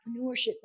entrepreneurship